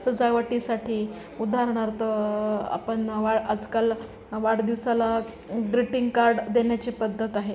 सजावटीसाठी उदाहरणार्थ आपण वा आजकाल वाढदिवसाला ग्रिटिंग कार्ड देण्याची पद्धत आहे